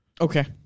Okay